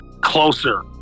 closer